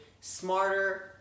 smarter